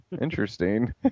interesting